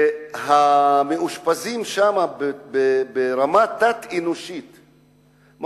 המאושפזים שם נמצאים ברמה תת-אנושית,